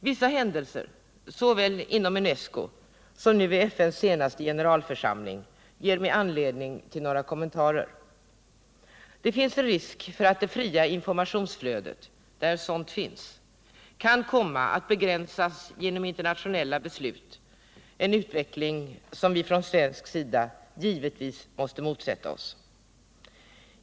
Vissa händelser såväl inom UNESCO som nu vid FN:s senaste generalförsamling ger mig anledning till några kommentarer. Det finns en risk för att det fria informationsflödet — där sådant finns — kan komma att begränsas genom internationella beslut, en utveckling som vi från svensk sida givetvis måste bekämpa.